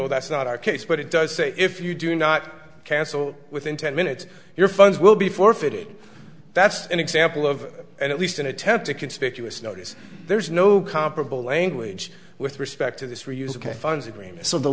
mineral that's not our case but it does say if you do not cancel within ten minutes your funds will be forfeited that's an example of at least an attempt to conspicuous notice there's no comparable language with respect to this